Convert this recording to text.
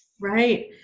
Right